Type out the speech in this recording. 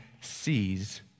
sees